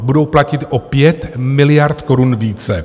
Budou platit o 5 miliard korun více!